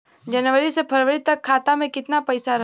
जनवरी से फरवरी तक खाता में कितना पईसा रहल?